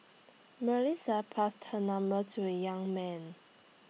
Melissa passed her number to the young man